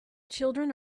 children